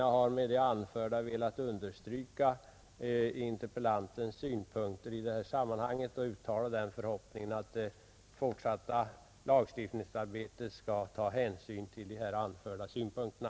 Jag har med det anförda velat understryka interpellantens synpunkter och uttala förhoppningen att man vid det fortsatta lagstiftningsarbetet skall ta hänsyn till de här anförda synpunkterna.